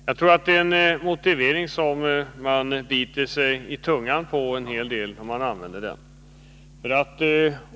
Jag tror att man biter sig i tummen om man använder denna motivering.